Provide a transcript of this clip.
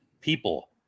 People